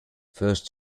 first